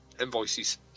invoices